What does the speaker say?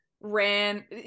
ran